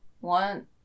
One